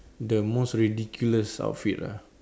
the most ridiculous outfit ah